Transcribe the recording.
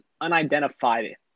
unidentified